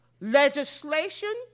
legislation